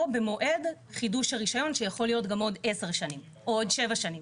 במועד חידוש הרישיון שיכול להיות גם עוד 10 שנים או עוד שבע שנים,